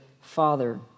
father